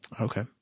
Okay